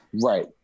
Right